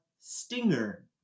Stinger